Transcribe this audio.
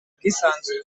ubwisanzure